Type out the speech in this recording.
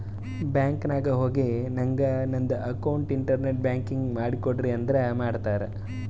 bank ನಾಗ್ ಹೋಗಿ ನಂಗ್ ನಂದ ಅಕೌಂಟ್ಗ ಇಂಟರ್ನೆಟ್ ಬ್ಯಾಂಕಿಂಗ್ ಮಾಡ್ ಕೊಡ್ರಿ ಅಂದುರ್ ಮಾಡ್ತಾರ್